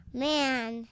man